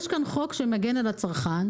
יש כאן חוק שמגן על הצרכן,